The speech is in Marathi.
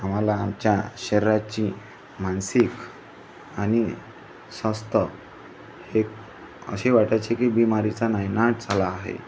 आम्हाला आमच्या शरीराची मानसिक आणि स्वस्थ हे अशी वाटायची की बीमारीचा नायनाट झाला आहे